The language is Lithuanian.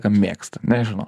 ką mėgsta nežinau